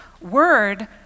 word